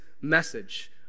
message